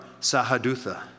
Sahadutha